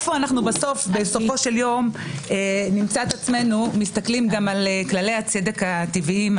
מתי נמצא את עצמנו מסתכלים גם על כללי הצדק הטבעיים?